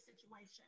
situation